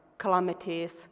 calamities